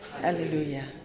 Hallelujah